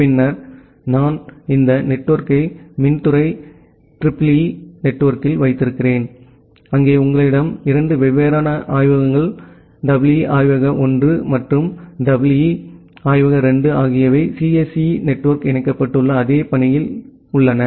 பின்னர் நான் இந்த நெட்வொர்க்கை மின் துறை EEE நெட்வொர்க்கில் வைத்திருக்கிறேன் அங்கே உங்களிடம் 2 வெவ்வேறு ஆய்வகங்கள் EE ஆய்வக 1 மற்றும் EE ஆய்வக 2 ஆகியவை CSE நெட்வொர்க் இணைக்கப்பட்டுள்ள அதே பாணியில் உள்ளன